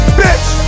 bitch